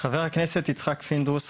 חבר הכנסת יצחק פינדרוס,